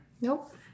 Nope